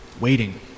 Waiting